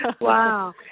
Wow